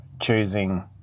choosing